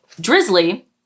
Drizzly